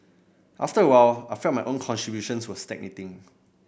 after a while I felt my own contributions were stagnating